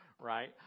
right